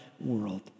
world